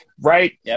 right